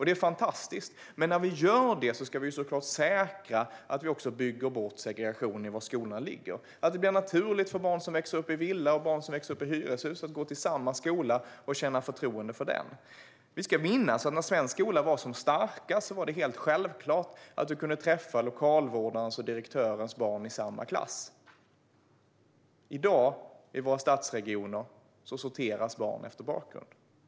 Det är fantastiskt, men när vi gör detta ska vi såklart säkerställa att vi också bygger bort segregationen i var skolorna ligger. Vi ska säkerställa att det blir naturligt för barn som växer upp i villa och för barn som växer upp i hyreshus att gå till samma skola och att känna förtroende för den. Vi ska minnas att när svensk skola var som starkast var det helt självklart att man kunde träffa lokalvårdarens och direktörens barn i samma klass. I dag sorteras barn i våra stadsregioner efter bakgrund.